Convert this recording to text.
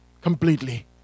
completely